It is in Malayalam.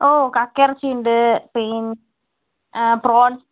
ഓ കക്ക ഇറച്ചി ഉണ്ട് പിന്നെ പ്രോൺ